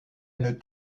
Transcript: une